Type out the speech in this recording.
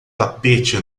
tapete